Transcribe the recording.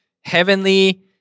heavenly